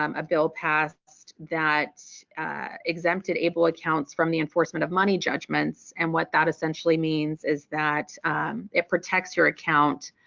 um a bill passed that exempted able accounts from the enforcement of money judgments and what that essentially means is that it protects your account